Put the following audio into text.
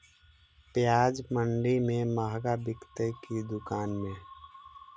प्याज मंडि में मँहगा बिकते कि दुकान में?